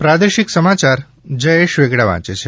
પ્રાદેશિક સમાચાર જયેશ વેગડા વાંચે છે